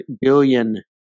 billion